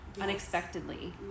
unexpectedly